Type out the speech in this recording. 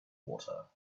water